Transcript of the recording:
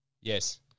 Yes